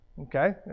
Okay